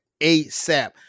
ASAP